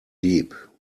deep